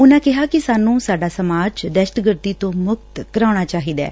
ਉਨਾਂ ਕਿਹਾ ਕਿ ਸਾਨੂੰ ਸਾਡਾ ਸਮਾਜ ਦਹਿਸ਼ਤਗਰਦੀ ਤੋਂ ਮੁਕਤ ਕਰਾਉਣਾ ਚਾਹੀਦੈ